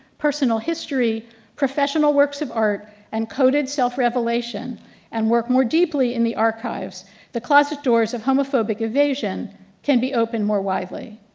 personal history professional works of art, and coded self-revelation and work more deeply in the archives the closet doors of homophobic evasion can be opened more widely.